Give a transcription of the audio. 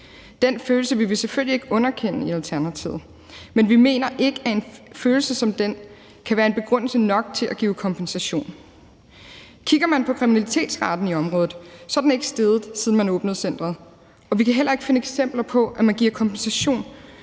Den følelse vil vi selvfølgelig ikke underkende i Alternativet, men vi mener ikke, at en følelse som den kan være begrundelse nok til at give kompensation. Kigger man på kriminalitetsraten i området, er den ikke steget, siden man åbnede centeret. Og vi kan heller ikke finde eksempler på, at man giver kompensation